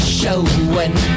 showing